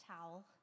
towel